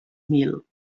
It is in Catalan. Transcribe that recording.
mil